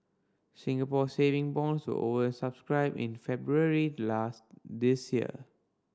Singapore Saving Bonds were over subscribed in February last this year